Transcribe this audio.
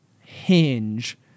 hinge